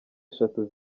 eshatu